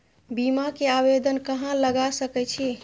बीमा के आवेदन कहाँ लगा सके छी?